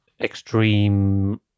extreme